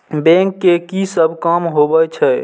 Bank के की सब काम होवे छे?